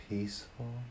peaceful